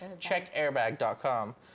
Checkairbag.com